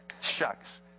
shucks